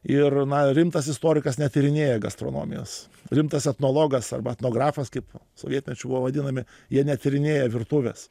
ir na rimtas istorikas netyrinėja gastronomijos rimtas etnologas arba etnografas kaip sovietmečiu buvo vadinami jie netyrinėja virtuvės